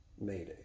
mayday